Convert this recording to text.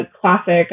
classic